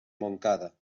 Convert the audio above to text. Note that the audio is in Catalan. montcada